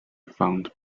found